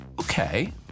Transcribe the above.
Okay